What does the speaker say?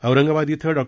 औरंगाबाद इथं डॉ